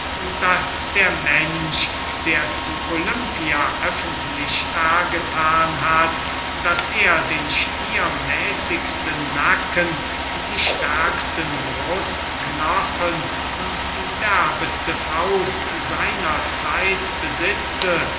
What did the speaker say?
daß der mensch der zu olympia öffentlich dargethan hat daß er den stiermäßigsten nacken die stärksten brustknochen und die derbeste faust seiner zeit besitze